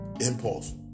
impulse